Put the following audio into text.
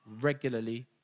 regularly